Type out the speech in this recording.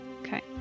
Okay